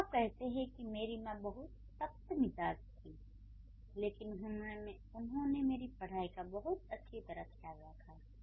जब आप कहते हैं कि मेरी मां बहुत सख्तमिजाज थीं लेकिन उन्होंने मेरी पढ़ाई का बहुत अच्छी तरह खयाल रखा